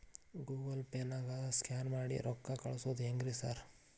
Google ಪೇನಾಗ scan ಮಾಡಿ ರೊಕ್ಕಾ ಕಳ್ಸೊದು ಹೆಂಗ್ರಿ ಸಾರ್?